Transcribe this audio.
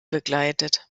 begleitet